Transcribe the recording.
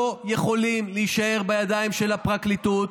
הדברים האלה לא יכולים להישאר בידיים של הפרקליטות.